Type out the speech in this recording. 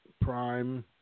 Prime